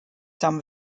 some